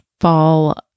fall